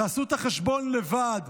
תעשו את החשבון לבד.